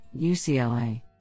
UCLA